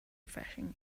refreshing